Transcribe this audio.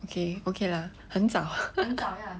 okay okay lah 很早